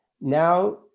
now